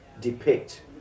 depict